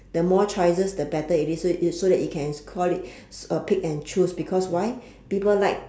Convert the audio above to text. the more choices the better it is so is so that you can call it a pick and choose because why people like